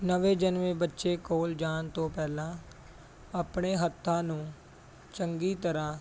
ਨਵੇਂ ਜਨਮੇ ਬੱਚੇ ਕੋਲ ਜਾਣ ਤੋਂ ਪਹਿਲਾਂ ਆਪਣੇ ਹੱਥਾਂ ਨੂੰ ਚੰਗੀ ਤਰ੍ਹਾਂ